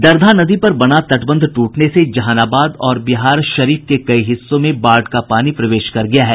दरधा नदी पर बना तटबंध टूटने से जहानाबाद और बिहारशरी के कई हिस्सों में बाढ़ का पानी प्रवेश कर गया है